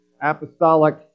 apostolic